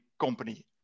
company